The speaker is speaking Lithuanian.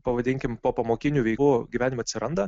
pavadinkim popamokinių veiklų gyvenime atsiranda